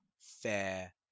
fair